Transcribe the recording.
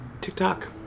TikTok